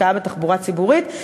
ההשקעה בתחבורה ציבורית,